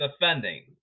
defending